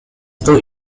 though